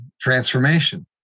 transformation